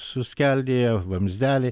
suskeldėję vamzdeliai